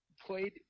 played